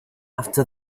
after